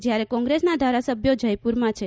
જ્યારે કોંગ્રેસના ધારાસભ્યો જયપુરમાં છે